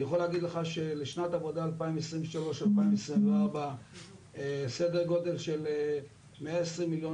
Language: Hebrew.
אני יכול להגיד לך שלשנת עבודה 2023 2024 סדר גודל של 120 מיליון